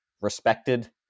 respected